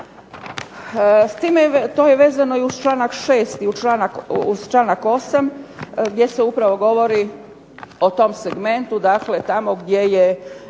S time, to je vezano i uz članak 6. uz članak 8. gdje se upravo govori o tom segmentu, dakle tamo gdje je